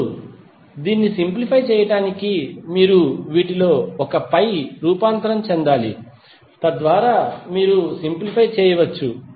ఇప్పుడు దీన్ని సింప్లిఫై చేయడానికి మీరు వీటిలో 1 పై రూపాంతరం చెందాలి తద్వారా మీరు సింప్లిఫై చేయవచ్చు